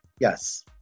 Yes